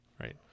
right